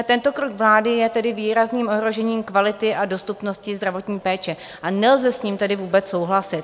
Tento krok vlády je tedy výrazným ohrožením kvality a dostupnosti zdravotní péče, a nelze s ním tedy vůbec souhlasit.